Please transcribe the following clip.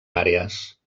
àrees